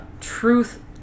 truth